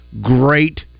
great